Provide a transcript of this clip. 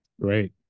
Great